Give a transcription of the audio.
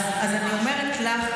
אז אני אומרת לך,